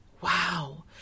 Wow